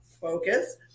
Focus